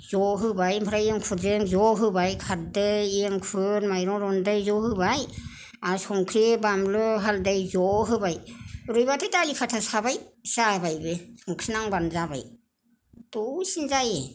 ज होबाय ओमफ्राय एंखुरजों ज होबाय खारदै एंखुर माइरं रन्दै ज होबाय आरो संख्रि बानलु हाल्दै ज होबाय रुयबाथाय दालिखाथा साबाय जाबायबो संख्रि नांबानो जाबाय दासेनो जायो